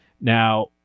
now